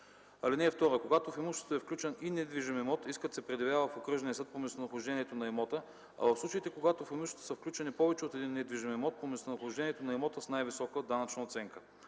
мерки. (2) Когато в имуществото е включен и недвижим имот, искът се предявява в окръжния съд по местонахождението на имота, а в случаите, когато в имуществото са включени повече от един недвижим имот – по местонахождението на имота с най-висока данъчна оценка.